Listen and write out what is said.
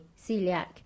celiac